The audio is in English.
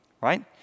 right